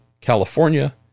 California